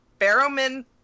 barrowman